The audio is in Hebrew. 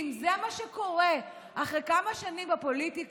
כי אם זה מה שקורה אחרי כמה שנים בפוליטיקה,